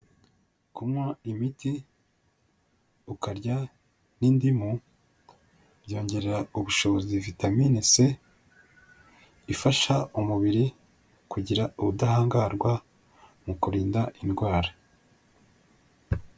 Kunywa imiti ukarya n'indimu, byongerera ubushobozi vitaminini c, ifasha umubiri kugira ubudahangarwa mu kurinda indwara.